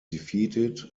defeated